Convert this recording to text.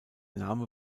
name